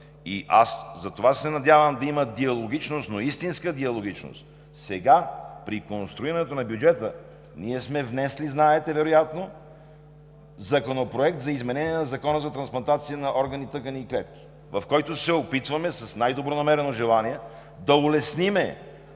– и затова се надявам да има диалогичност, но истинска диалогичност сега, при конструирането на бюджета. Ние сме внесли, знаете вероятно, Законопроект за изменение на Закона за трансплантация на органи, тъкани и клетки, в който се опитваме с най-добронамерено желание да улесним